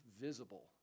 visible